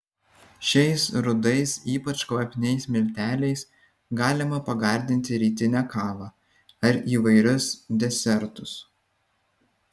šiais rudais ypač kvapniais milteliais galima pagardinti rytinę kavą ar įvairius desertus